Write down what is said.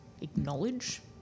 acknowledge